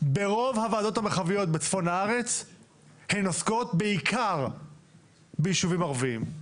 ברוב הוועדות המרחביות בצפון הארץ הן עוסקות בעיקר בישובים ערבים.